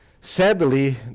sadly